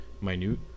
minute